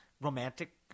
romantic